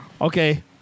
Okay